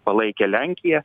palaikė lenkiją